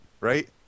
Right